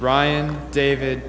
brian david